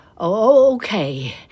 okay